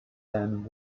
end